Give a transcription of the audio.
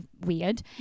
weird